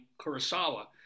Kurosawa